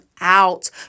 out